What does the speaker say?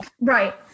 Right